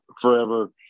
forever